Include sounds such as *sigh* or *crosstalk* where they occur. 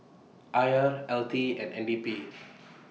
I R L T and N B P *noise*